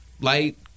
light